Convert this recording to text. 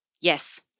Yes